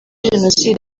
jenoside